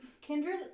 Kindred